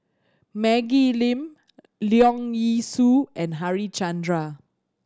Maggie Lim Leong Yee Soo and Harichandra